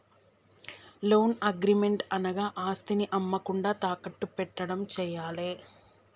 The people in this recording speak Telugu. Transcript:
లోన్ అగ్రిమెంట్ అనగా ఆస్తిని అమ్మకుండా తాకట్టు పెట్టడం చేయాలే